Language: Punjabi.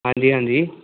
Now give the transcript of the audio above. ਹਾਂਜੀ ਹਾਂਜੀ